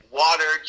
water